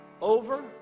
over